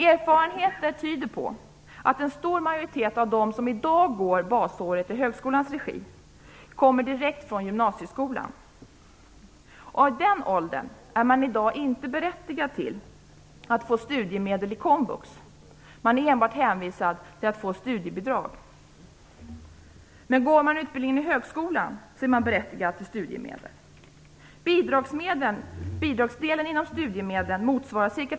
Erfarenheter tyder på att en stor majoritet av dem som i dag går basåret i högskolans regi kommer direkt från gymnasieskolan. I den åldern är man i dag inte berättigad till studiemedel i komvux. Man är enbart hänvisad till studiebidrag. Men om man går utbildningen i högskolan är man berättigad till studiemedel.